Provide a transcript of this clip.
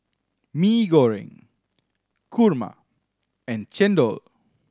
Mee Goreng kurma and chendol